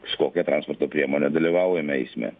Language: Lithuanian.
su kokia transporto priemone dalyvaujame eisme